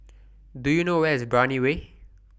Do YOU know Where IS Brani Way